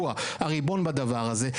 הוא הריבון בדבר הזה.